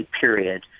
period